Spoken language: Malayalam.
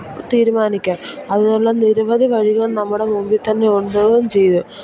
തീരുമാനിക്കാം അതിനുള്ള നിരവധി വഴികൾ നമ്മുടെ മുന്നില്ത്തന്നെ ഉണ്ടാവുകയും ചെയ്യും